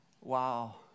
Wow